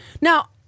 Now